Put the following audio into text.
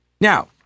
Now